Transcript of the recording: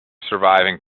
surviving